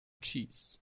cheese